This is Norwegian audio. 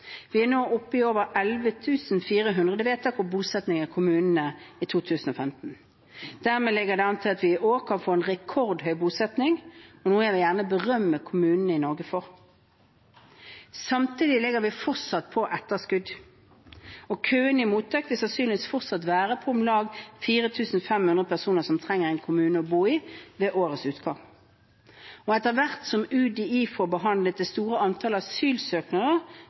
Vi er nå oppe i over 11 400 vedtak om bosetting i kommunene i 2015. Dermed ligger det an til at vi i år kan få rekordhøy bosetting, noe jeg gjerne vil berømme kommunene i Norge for. Samtidig ligger vi fortsatt på etterskudd, og køene i mottak vil sannsynligvis fortsatt være på om lag 4 500 personer som trenger en kommune å bo i, ved årets utgang. Etter hvert som UDI får behandlet det store antallet asylsøknader